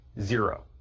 Zero